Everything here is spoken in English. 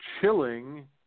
chilling